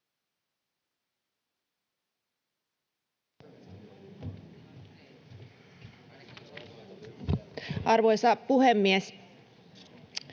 Arvoisa puhemies!